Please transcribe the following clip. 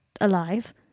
alive